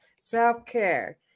self-care